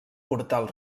portal